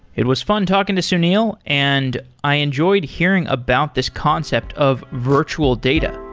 it was fun talking to sunil and i enjoyed hearing about this concept of virtual data